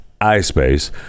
ispace